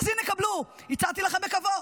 אז הינה, קבלו, הצעתי לך בכבוד,